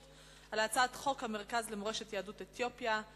על הצעת חוק המרכז למורשת יהדות אתיופיה,